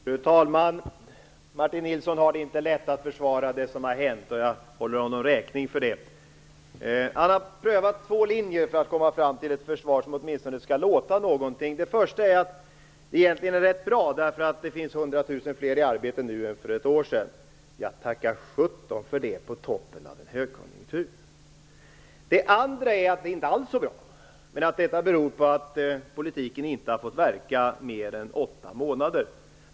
Fru talman! Martin Nilsson har det inte lätt när han skall försvara det som har hänt, och jag håller honom räkning för det. Han har prövat två linjer för att komma fram till ett försvar som åtminstone skall låta som någonting. Det första är att det egentligen är rätt bra, därför att det finns 100 000 fler i arbete nu än det fanns för ett år sedan. Tacka sjutton för det, på toppen av en högkonjunktur! Det andra är att det inte alls är så bra, men att detta beror på att politiken inte har fått verka mer än åtta månader.